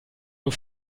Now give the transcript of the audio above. nur